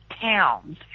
towns